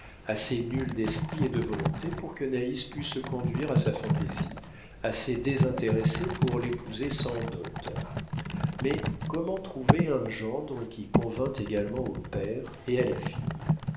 assez nul d'esprit et de volonté pour que naïs pût se conduire à sa fantaisie assez désintéressé pour l'épouser sans dot mais comment trouver un gendre qui convînt également au père et à la fille